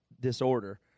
disorder